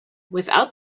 without